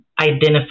identify